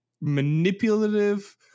manipulative